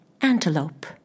Antelope